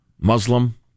Muslim